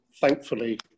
Thankfully